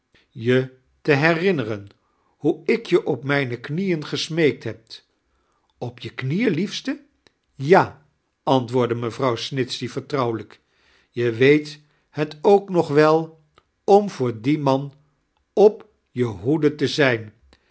je to heirinne'ren hoe ik je op mijne knieen gesmeekt heb op je knieen liefste ja antwoordde mevrouw snitchey vertirouwelijk je weet het ook nog wel om voor dlien man op je hoede te zijn